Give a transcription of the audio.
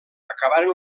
acabaren